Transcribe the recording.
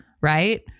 right